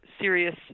serious